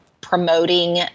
promoting